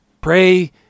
Pray